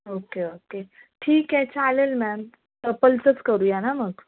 okay okay ठीक आहे चालेल मॅम कपलचंच करूया ना मग